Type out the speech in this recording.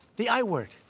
the i word.